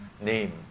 name